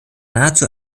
nahezu